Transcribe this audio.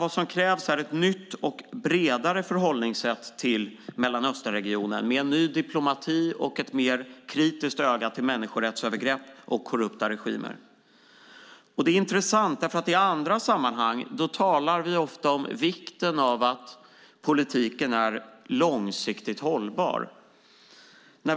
Vad som krävs är ett nytt och bredare förhållningssätt till Mellanöstern med en ny diplomati och ett mer kritiskt öga till människorättsövergrepp och korrupta regimer. I andra sammanhang talar vi ofta om vikten av att politiken är långsiktigt hållbar.